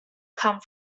come